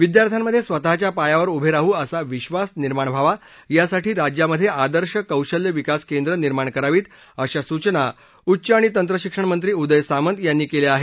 विद्यार्थ्यांमध्ये स्वतच्या पायावर उभे राहू असा विश्वास निर्माण व्हावा यासाठी राज्यामध्ये आदर्श कौशल्य विकास केंद्रे निर्माण करावीत अशा सूचना उच्च आणि तंत्रशिक्षण मंत्री उदय सामंत यांनी केल्या आहेत